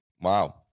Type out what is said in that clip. Wow